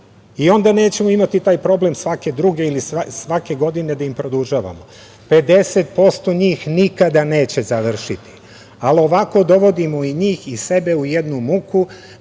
i onda nećemo imati taj problem svake druge ili svake godine da im produžavamo. Pedeset posto njih nikada neće završiti, ali ovako dovodimo i njih i sebe u jednu muku